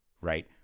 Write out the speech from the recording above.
right